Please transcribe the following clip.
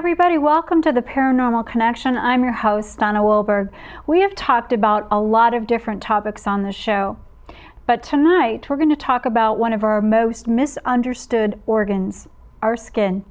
everybody welcome to the paranormal connection i'm your host anna walberg we have talked about a lot of different topics on the show but tonight we're going to talk about one of our most mis understood organs our skin